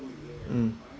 mm